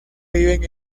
viven